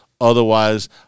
Otherwise